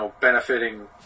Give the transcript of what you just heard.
benefiting